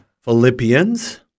Philippians